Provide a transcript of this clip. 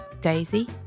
Daisy